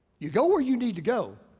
you go where you need to go,